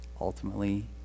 Ultimately